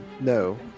no